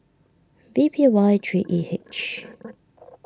V P Y three E H